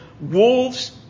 wolves